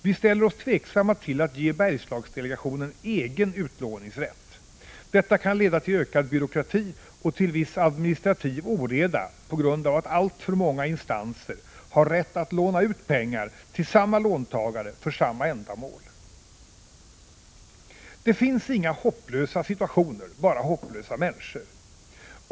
Vi ställer oss tveksamma till att ge Bergslagsdelegationen egen utlåningsrätt — detta kan leda till ökad byråkrati och till viss administrativ oreda på grund av att alltför många instanser har rätt att låna ut pengar till samma låntagare för samma ändamål. Det finns inga hopplösa situationer, bara hopplösa människor!